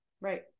Right